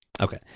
Okay